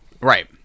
Right